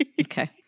Okay